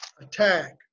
attack